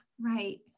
Right